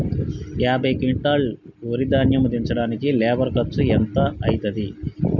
యాభై క్వింటాల్ వరి ధాన్యము దించడానికి లేబర్ ఖర్చు ఎంత అయితది?